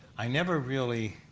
i never really